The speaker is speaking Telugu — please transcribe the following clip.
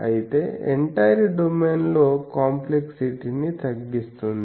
అయితే ఎంటైర్ డొమైన్ లో కాంప్లెక్సిటీ ని తగ్గిస్తుంది